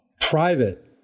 private